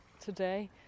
today